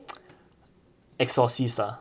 exorcists lah